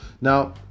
now